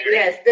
yes